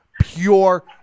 pure